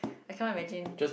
I cannot imagine